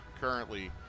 currently